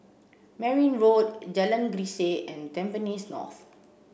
Merryn Road Jalan Grisek and Tampines North